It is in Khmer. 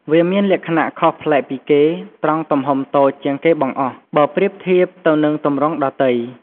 វាមានលក្ខណៈខុសប្លែកពីគេ ត្រង់ទំហំតូចជាងគេបង្អស់ បើប្រៀបធៀបទៅនឹងទម្រង់ដទៃ ។